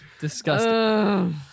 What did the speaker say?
Disgusting